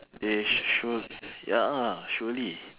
they sure ya surely